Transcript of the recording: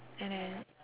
and then